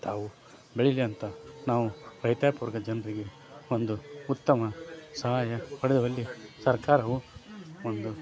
ತಾವು ಬೆಳೀಲಿ ಅಂತ ನಾವು ರೈತಾಪಿ ವರ್ಗದ ಜನರಿಗೆ ಒಂದು ಉತ್ತಮ ಸಹಾಯ ಪಡೆಯುವಲ್ಲಿ ಸರ್ಕಾರವು ಒಂದು